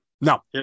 No